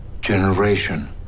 Generation